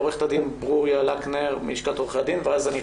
עו"ד ברוריה לקנר מלשכת עורכי הדין, בבקשה.